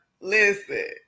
Listen